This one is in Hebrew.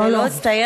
זה לא הסתיים?